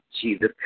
Jesus